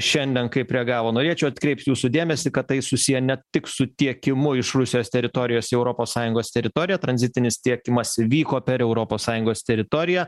šiandien kaip reagavo norėčiau atkreipt jūsų dėmesį kad tai susiję ne tik su tiekimu iš rusijos teritorijos į europos sąjungos teritoriją tranzitinis tiekimas vyko per europos sąjungos teritoriją